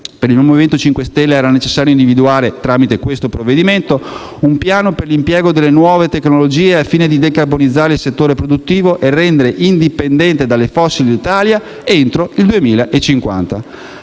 Per il Movimento 5 Stelle era necessario individuare, tramite questo provvedimento, un piano per l'impiego delle nuove tecnologie, al fine di decarbonizzare il settore produttivo e rendere l'Italia indipendente dalle fossili entro il 2050.